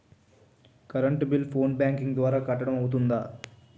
Current bill phone banking ద్వారా కట్టడం అవ్తుందా?